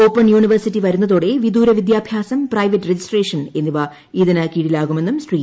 open university വരുന്നതോടെ വിദൂര പ്രിദ്യാഭ്യാസം പ്രൈവറ്റ് രജിസ്ട്രേഷൻ എന്നിവ ഇതിനു കീഴിൽക്കുമെന്നും ശ്രീ